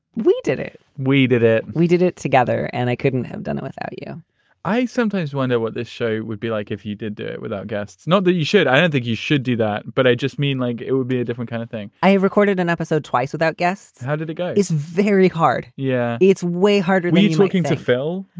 we did it we did it. we did it together. and i couldn't have done it without you i sometimes wonder what this show would be like if you did did it without guests. not that you should. i don't think you should do that. but i just mean like it would be a different kind of thing i have recorded an episode twice without guests. how did it go? it's very hard. yeah, it's way harder. any tweaking to fill?